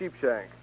sheepshank